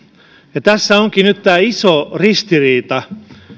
ja tässä onkin nyt tämä iso ristiriita